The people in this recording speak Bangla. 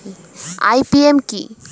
আই.পি.এম কি?